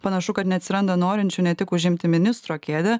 panašu kad neatsiranda norinčių ne tik užimti ministro kėdę